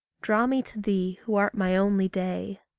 draw me to thee who art my only day.